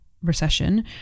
recession